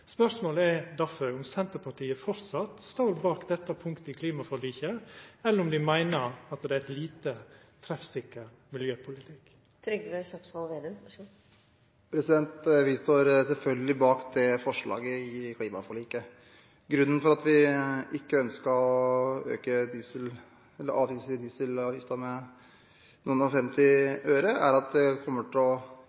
Spørsmålet er derfor om Senterpartiet framleis står bak dette punktet i klimaforliket, eller om dei meiner at det er ein lite treffsikker miljøpolitikk? Vi står selvfølgelig bak det forslaget i klimaforliket. Grunnen til at vi ikke ønsket å øke dieselavgiften med noen og